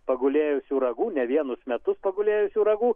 pagulėjusių ragų ne vienus metus pagulėjusių ragų